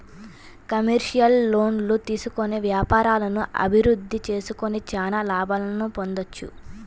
commercial లోన్లు తీసుకొని వ్యాపారాలను అభిరుద్ధి చేసుకొని చానా లాభాలను పొందొచ్చు